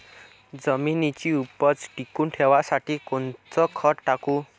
जमिनीची उपज टिकून ठेवासाठी कोनचं खत टाकू?